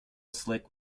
slick